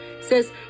says